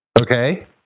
Okay